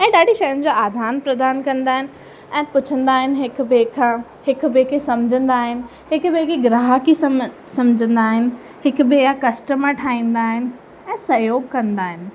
ऐं ॾाढी शयूं जो आदान प्रदान कंदा आहिनि ऐं पुछंदा आहिनि हिक ॿिए खां हिक ॿिए खे सम्झंदा आहिनि हिक ॿिए खी ग्राहकी सम सम्झंदा आहिनि हिक ॿिए जा कस्टमर ठाहींदा आहिनि ऐं सहयोग कंदा आहिनि